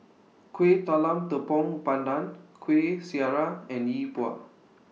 Kuih Talam Tepong Pandan Kueh Syara and Yi Bua